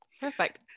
Perfect